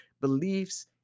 beliefs